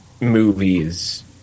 movies